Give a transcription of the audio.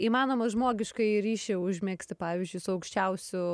įmanoma žmogiškąjį ryšį užmegzti pavyzdžiui su aukščiausiu